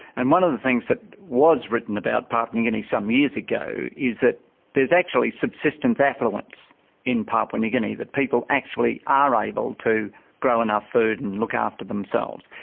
and one of the things that was written about papua new guinea some years ago is that there's actually subsistence affluence in papua new guinea, that people actually are able to grow enough food and look after themselves.